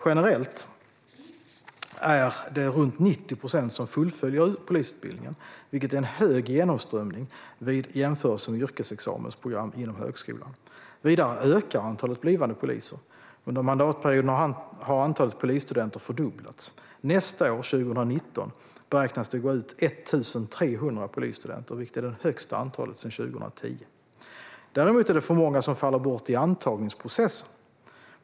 Generellt är det runt 90 procent som fullföljer polisutbildningen, vilket är en hög genomströmning vid jämförelse med yrkesexamensprogram inom högskolan. Vidare ökar antalet blivande poliser. Under mandatperioden har antalet polisstudenter fördubblats. Nästa år, 2019, beräknas 1 300 polisstudenter gå ut, vilket är det största antalet sedan 2010. Däremot är det för många som faller bort i antagningsprocessen.